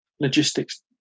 Logistics